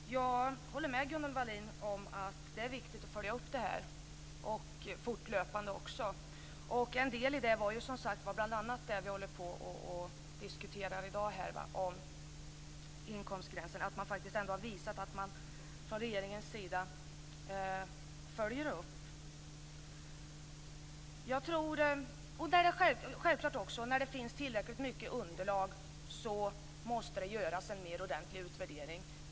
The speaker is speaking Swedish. Fru talman! Jag håller med Gunnel Wallin om att det är viktigt att följa upp beslutet och att göra det fortlöpande. En del i det var ju, som sagt var, bl.a. det som vi håller på att diskutera i dag, om inkomstgränser och om att regeringen ändå har visat att man följer upp beslutet. Det är självklart att när det finns tillräckligt mycket underlag måste det göras en mer ordentlig utvärdering.